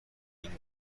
این